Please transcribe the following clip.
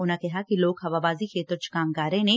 ਉਨੂਾਂ ਕਿਹਾ ਕਿ ਲੋਕ ਹਵਾਬਾਜੀ ਖੇਤਰ 'ਚ ਕੰਮ ਕਰ ਰਹੇ ਨੇ